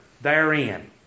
therein